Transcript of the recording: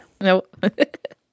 Nope